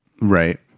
Right